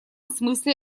смысле